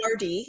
RD